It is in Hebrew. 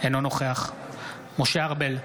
אינו נוכח משה ארבל,